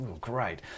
great